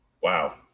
Wow